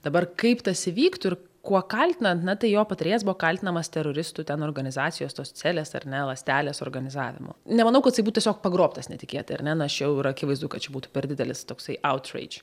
dabar kaip tas įvyktų ir kuo kaltinant na tai jo patarėjas buvo kaltinamas teroristų ten organizacijos tos celės ar ne ląstelės organizavimu nemanau kad jisai būtų tiesiog pagrobtas netikėtai ar ne na aš jau yra akivaizdu kad čia būtų per didelis toksai autreidž